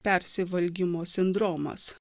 persivalgymo sindromas